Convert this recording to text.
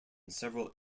several